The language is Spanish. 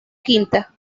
quinta